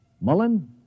Mullen